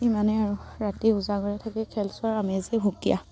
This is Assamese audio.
ইমানেই আৰু ৰাতি উজাগৰে কৰে থাকি খেল চোৱাৰ আমেজেই সুকীয়া